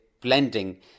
blending